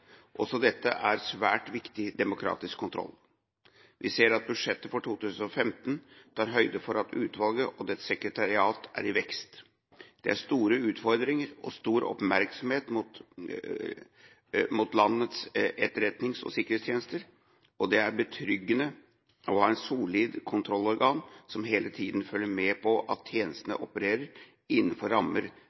også dette er en svært viktig demokratisk kontroll. Vi ser at budsjettet for 2015 tar høyde for at utvalget og dets sekretariat er i vekst. Det er store utfordringer for og stor oppmerksomhet mot landets etterretnings- og sikkerhetstjenester, og det er betryggende å ha et solid kontrollorgan som hele tida følger med på at tjenestene opererer innenfor